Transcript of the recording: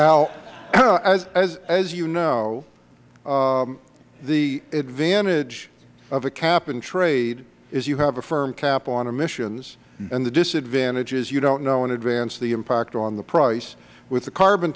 now as you know the advantage of a cap and trade is you have a firm cap on emissions and the disadvantage is you don't know in advance the impact on the price with the carbon